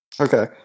Okay